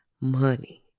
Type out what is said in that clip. Money